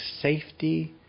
safety